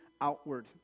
outward